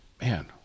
man